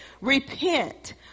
repent